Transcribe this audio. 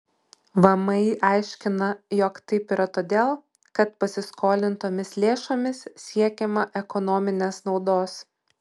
vmi aiškina jog taip yra todėl kad pasiskolintomis lėšomis siekiama ekonominės naudos